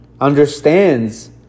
understands